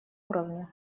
уровне